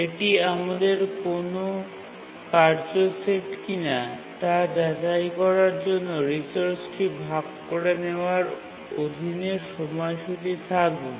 এটি আমাদের কোনও কার্য সেট কিনা তা যাচাই করার জন্য রিসোর্সটি ভাগ করে নেওয়ার অধীনে সময়সূচী থাকবে